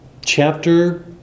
chapter